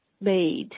made